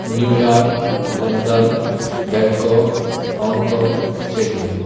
New York London Bangkok Hong Kong Sydney